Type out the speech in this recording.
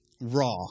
raw